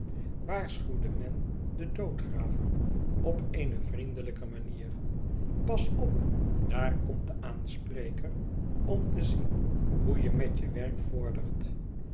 waarschuwde men den doodgraver op eene vriendelijke manier pas op daar komt de aanspreker om te zien hoe je met je werk vordert